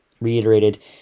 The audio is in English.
reiterated